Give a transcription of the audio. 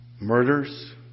Murders